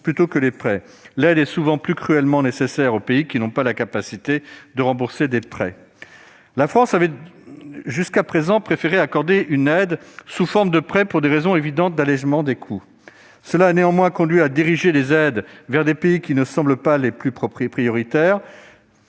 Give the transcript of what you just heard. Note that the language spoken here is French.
plutôt que les prêts. L'aide est souvent plus cruellement nécessaire aux pays qui n'ont pas la capacité de rembourser. La France avait jusqu'à présent préféré accorder une aide sous forme de prêts pour des raisons évidentes d'allégement des coûts. Cela a néanmoins conduit à diriger des aides vers des pays qui ne semblent pas être les plus prioritaires.